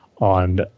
on